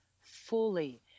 fully